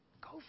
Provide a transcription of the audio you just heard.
Go